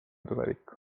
tulevikku